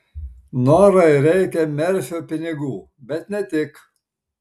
norai reikia merfio pinigų bet ne tik